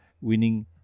winning